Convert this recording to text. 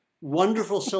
wonderful